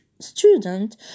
student